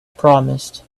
promised